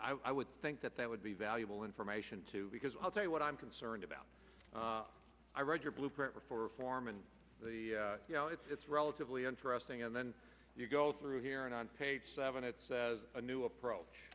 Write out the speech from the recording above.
that i would think that that would be valuable information too because i'll tell you what i'm concerned about i read your blueprint for reform and the you know it's relatively interesting and then you go through here and on page seven it says a new approach